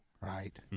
right